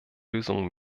lösungen